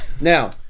Now